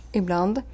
ibland